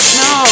no